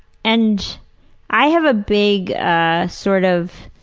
and i have a big ah sort of